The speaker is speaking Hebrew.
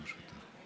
בעד, 24,